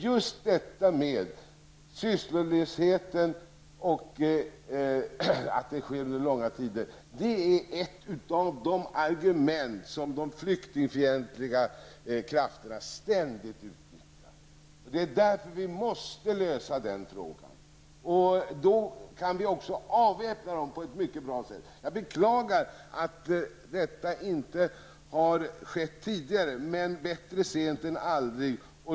Just detta med sysslolösheten under långa tider är ett av de argument som de flyktingfientliga krafterna ständigt utnyttjar. Det är därför som vi måste lösa den frågan. Då kan vi också avväpna dessa krafter på ett mycket bra sätt. Jag beklagar att detta inte har skett tidigare. Men bättre sent än aldrig.